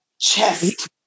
chest